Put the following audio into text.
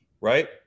right